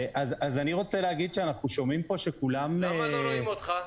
אז אני רוצה להגיד שאנחנו שומעים פה שכולם --- למה לא רואים אותך?